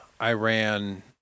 Iran